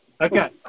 Okay